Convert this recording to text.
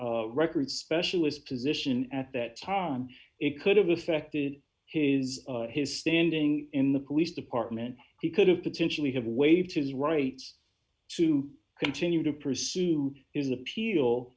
the record specialist position at that time it could have affected his his standing in the police department he could have potentially have waived his rights to continue to pursue his appeal